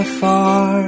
far